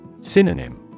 Synonym